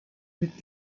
mit